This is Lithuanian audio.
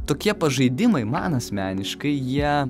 tokie pažaidimai man asmeniškai jie